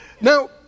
Now